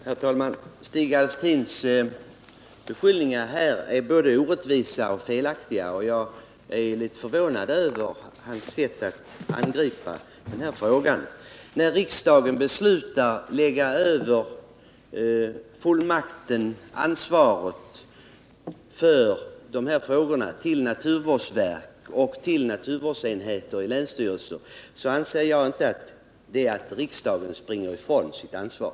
Herr talman! Stig Alftins beskyllningar är både orättvisa och felaktiga. Jag är litet förvånad över hans sätt att angripa den här frågan. När riksdagen beslutar att lägga över ansvaret för dessa frågor på naturvårdsverk och naturvårdsenheter vid länsstyrelserna, anser jag inte att riksdagen springer ifrån sitt ansvar.